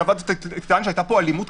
אז אל"ף, יש דבר כזה.